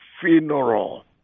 funeral